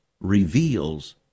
reveals